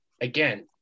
again